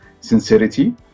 sincerity